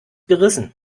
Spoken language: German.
gerissen